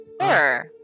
sure